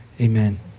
amen